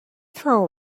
throw